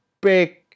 big